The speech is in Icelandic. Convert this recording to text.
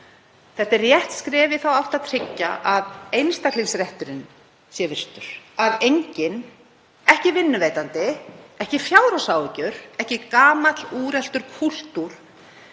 Þetta er rétt skref í þá átt að tryggja að einstaklingsrétturinn sé virtur, að enginn, ekki vinnuveitandi, ekki fjárhagsáhyggjur, ekki gamall úreltur kúltúr,